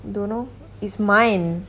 don't know it's mine